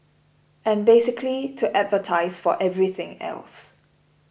and basically to advertise for everything else